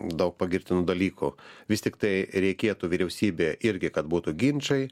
daug pagirtinų dalykų vis tiktai reikėtų vyriausybė irgi kad būtų ginčai